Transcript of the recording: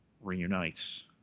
reunites